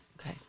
okay